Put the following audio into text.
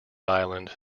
island